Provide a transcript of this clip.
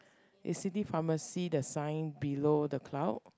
is city pharmacy the sign below the cloud